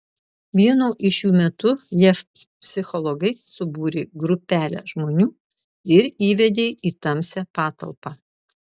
vieno iš jų metu jav psichologai subūrė grupelę žmonių ir įvedė į tamsią patalpą